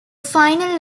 final